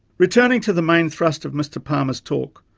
returning to the main thrust of mr palmer's talk,